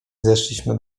zeszliśmy